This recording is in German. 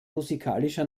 musikalischer